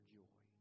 joy